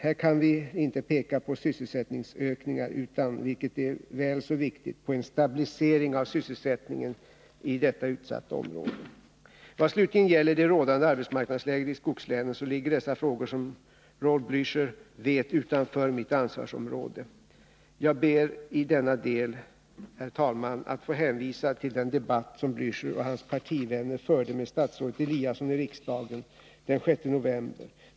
Här kan vi inte peka på sysselsättningsökningar, utan, vilket är väl så viktigt, på en stabilisering av sysselsättningen i detta utsatta område. Vad slutligen gäller det rådande arbetsmarknadsläget i skogslänen så ligger dessa frågor, som Raul Blächer vet, utanför mitt ansvarsområde. Jag ber i denna del, herr talman, att få hänvisa till den debatt som Raul Blächer och hans partivänner förde med statsrådet Eliasson i riksdagen den 6 november.